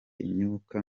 imyaka